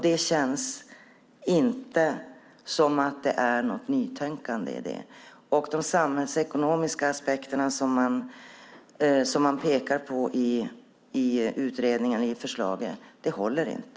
Det känns inte som om det finns något nytänkande i det. De samhällsekonomiska aspekter som man pekar på i förslaget håller inte.